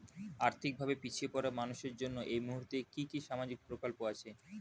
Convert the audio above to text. আর্থিক ভাবে পিছিয়ে পড়া মানুষের জন্য এই মুহূর্তে কি কি সামাজিক প্রকল্প আছে?